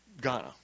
Ghana